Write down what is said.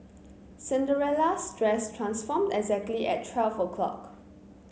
Cinderella's dress transformed exactly at twelve o'clock